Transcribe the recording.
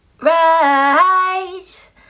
rise